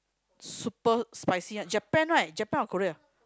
super spicy right Japan right Japan or Korea